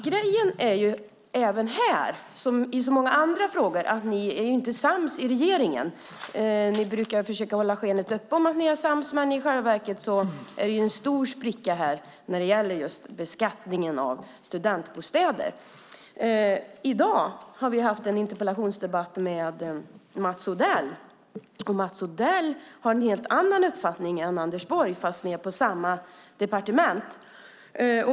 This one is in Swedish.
Grejen är även här, som i så många andra frågor, att ni inte är sams i regeringen. Ni brukar försöka hålla skenet uppe och få det att se ut som att ni är sams, men i själva verket är det en stor spricka här just när det gäller beskattningen av studentbostäder. I dag har vi haft en interpellationsdebatt med Mats Odell, och han har en helt annan uppfattning än Anders Borg trots att ni är på samma departement.